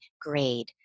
grade